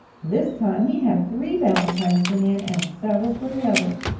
this time he had three valentines for nan and several for the others.